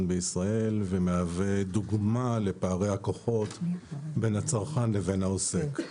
בישראל ומהווה דוגמה לפערי הכוחות בין הצרכן לבין העוסק.